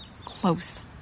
close